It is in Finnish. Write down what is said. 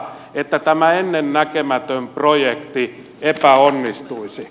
että tämä ennennäkemätön projekti epäonnistuisi